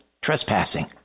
trespassing